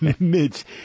Mitch